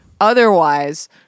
otherwise